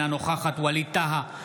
אינה נוכחת ווליד טאהא,